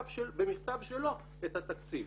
במכתב שלו את התקציב.